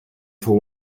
for